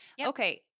Okay